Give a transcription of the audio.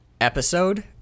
episode